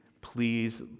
please